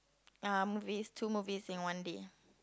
uh movies two movies in one day